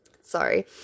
Sorry